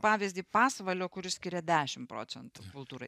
pavyzdį pasvalio kuris skiria dešim procentų kultūrai